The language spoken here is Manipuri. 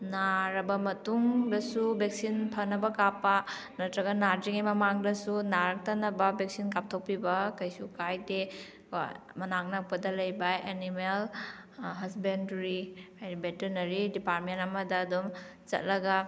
ꯅꯥꯔꯕ ꯃꯇꯨꯡꯗꯁꯨ ꯚꯦꯛꯁꯤꯟ ꯐꯅꯕ ꯀꯥꯞꯄ ꯅꯠꯇ꯭ꯔꯒ ꯅꯥꯗ꯭ꯔꯤꯉꯩ ꯃꯃꯥꯡꯗꯁꯨ ꯅꯥꯔꯛꯇꯅꯕ ꯚꯦꯛꯁꯤꯟ ꯀꯥꯞꯊꯣꯛꯄꯤꯕ ꯀꯩꯁꯨ ꯀꯥꯏꯗꯦꯀꯣ ꯃꯅꯥꯛ ꯅꯛꯄꯗ ꯂꯩꯕ ꯑꯦꯅꯤꯃꯦꯜ ꯍꯁꯕꯦꯟꯗ꯭ꯔꯤ ꯍꯥꯏꯗꯤ ꯕꯦꯇꯅꯔꯤ ꯗꯤꯄꯥꯔꯠꯃꯦꯟ ꯑꯃꯗ ꯑꯗꯨꯝ ꯆꯠꯂꯒ